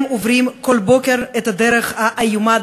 הם עוברים כל בוקר את הדרך האיומה,